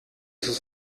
sus